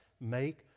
make